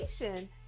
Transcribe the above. education